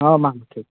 ᱦᱮᱸ ᱢᱟ ᱴᱷᱤᱠ